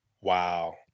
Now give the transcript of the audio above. Wow